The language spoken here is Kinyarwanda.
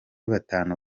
batanu